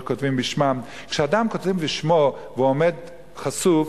כותבים בשמם: כשאדם כותב בשמו והוא עומד חשוף,